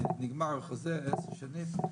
נגמר חוזה עשר שנים,